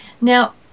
now